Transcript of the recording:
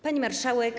Pani Marszałek!